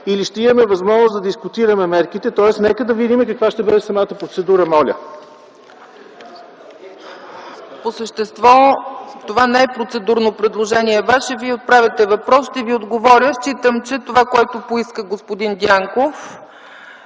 или ще имаме възможност да дискутираме мерките? Нека да видим каква ще бъде самата процедура, моля. ПРЕДСЕДАТЕЛ ЦЕЦКА ЦАЧЕВА: По същество това не е процедурно предложение. Вие отправяте въпрос и ще Ви отговоря. Считам, че това, което поиска господин Дянков,